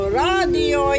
radio